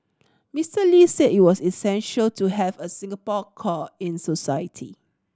Mister Lee said it was essential to have a Singapore core in society